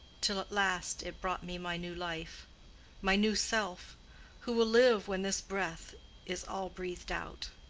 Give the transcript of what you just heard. till at last it brought me my new life my new self who will live when this breath is all breathed out.